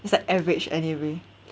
it's an average anime